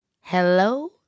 Hello